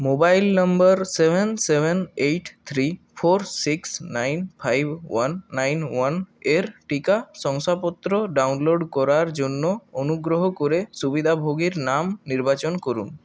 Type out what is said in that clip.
mobile নম্বর seven seven eight three four six nine five one nine one এর টিকা শংসাপত্র ডাউনলোড করার জন্য অনুগ্রহ করে সুবিধাভোগীর নাম নির্বাচন করুন